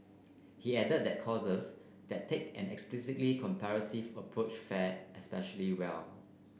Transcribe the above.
he added that courses that take an explicitly comparative approach fare especially well